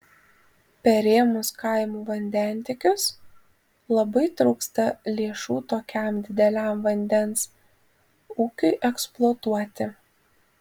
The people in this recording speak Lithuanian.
perėmus kaimų vandentiekius labai trūksta lėšų tokiam dideliam vandens ūkiui eksploatuoti